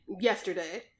yesterday